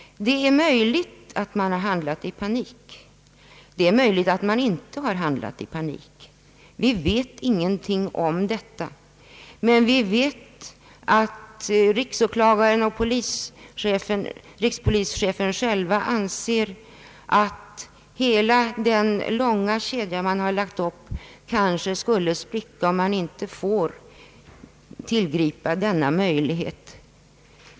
Det är möjligt att man har handlat i panik. Det är möjligt att man inte har handlat i panik. Vi vet ingenting om detta, men vi vet att riksåklagaren och rikspolischefen själva anser att hela den långa kedja som man har lagt upp kanske skulle brista om man inte får tillgripa denna möjlighet.